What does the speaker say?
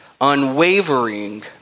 unwavering